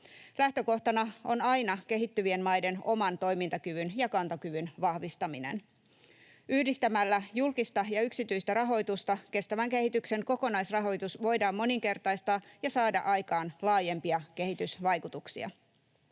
Lähtökohtana on aina kehittyvien maiden oman toimintakyvyn ja kantokyvyn vahvistaminen. Yhdistämällä julkista ja yksityistä rahoitusta kestävän kehityksen kokonaisrahoitus voidaan moninkertaistaa ja saada aikaan laajempia kehitysvaikutuksia.